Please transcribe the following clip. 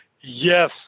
Yes